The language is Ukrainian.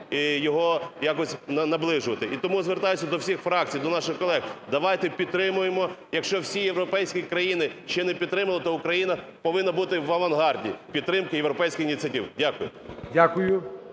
його якось наближувати. І тому звертаюсь до всіх фракцій, до наших колег, давайте підтримаємо. Якщо всі європейські країни ще не підтримали, то Україна повинна бути в авангарді підтримки європейських ініціатив. Дякую.